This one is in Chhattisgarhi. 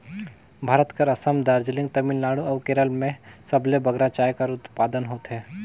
भारत कर असम, दार्जिलिंग, तमिलनाडु अउ केरल में सबले बगरा चाय कर उत्पादन होथे